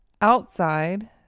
Outside